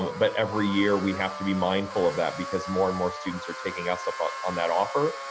but every year we have to be mindful of that because more and more students are taking us up up on that offer.